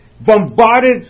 bombarded